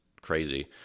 crazy